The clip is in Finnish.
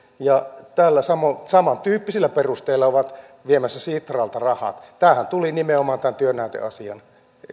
ja täällä samantyyppisillä perusteilla ovat viemässä sitralta rahat tämähän tuli nimenomaan tämän työnäyteasian